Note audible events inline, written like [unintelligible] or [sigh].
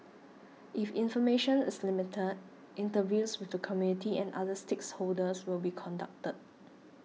if information is limited interviews with the community and other [unintelligible] will be conducted